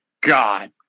God